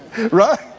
Right